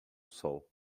sol